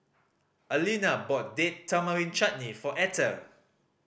Alina bought Date Tamarind Chutney for Etter